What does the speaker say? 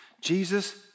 Jesus